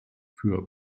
für